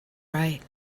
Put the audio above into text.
right